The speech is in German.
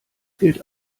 gilt